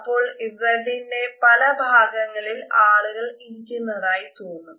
അപ്പോൾ Z ന്റെ പല ഭാഗങ്ങളിൽ ആളുകൾ ഇരിക്കുന്നതായി തോന്നും